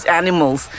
animals